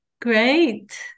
Great